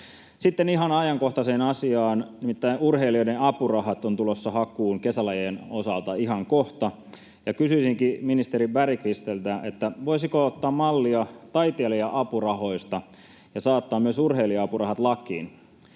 Sitten ihan ajankohtaiseen asiaan, nimittäin urheilijoiden apurahat ovat tulossa hakuun kesälajien osalta ihan kohta. Kysyisinkin ministeri Bergqvistiltä: voisiko ottaa mallia taiteilija-apurahoista ja saattaa myös urheilija-apurahat lakiin?